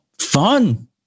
fun